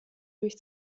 durch